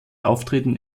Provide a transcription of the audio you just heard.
auftritten